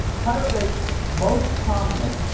pyruvate, most commonly,